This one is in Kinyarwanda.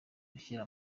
gushyira